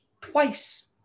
twice